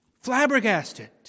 flabbergasted